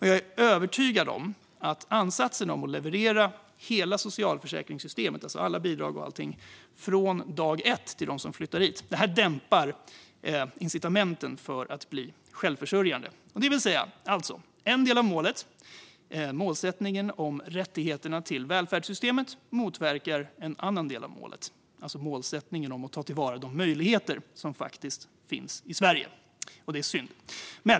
Jag är övertygad om att ansatsen att leverera hela socialförsäkringssystemet, alltså alla bidrag och allting, från dag ett till dem som flyttar hit dämpar incitamenten för att bli självförsörjande. Alltså: En del av målet, målsättningen om rättigheterna till välfärdssystemet, motverkar en annan del av målet, nämligen målsättningen att ta till vara de möjligheter som faktiskt finns i Sverige, och det är synd.